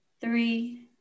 three